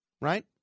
right